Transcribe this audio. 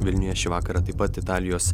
vilniuje šį vakarą taip pat italijos